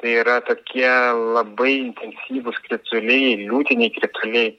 tai yra tokie labai intensyvūs krituliai liūtiniai krituliai